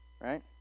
Right